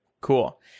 cool